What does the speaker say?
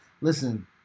Listen